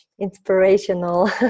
inspirational